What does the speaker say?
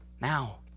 Now